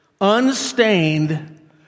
unstained